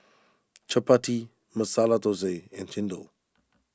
Chappati Masala Thosai and Chendol